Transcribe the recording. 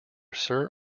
sir